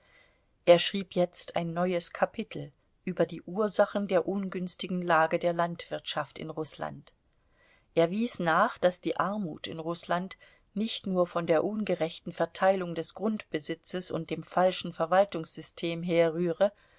er schrieb jetzt ein neues kapitel über die ursachen der ungünstigen lage der landwirtschaft in rußland er wies nach daß die armut in rußland nicht nur von der ungerechten verteilung des grundbesitzes und dem falschen verwaltungssystem herrühre